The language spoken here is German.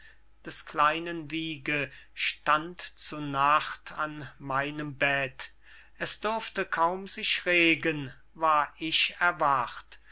des kleinen wiege stand zu nacht an meinem bett es durfte kaum sich regen war ich erwacht